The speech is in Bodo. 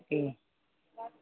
दे